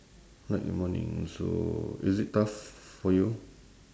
night and morning so is it tough for you